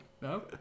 no